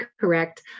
correct